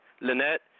Lynette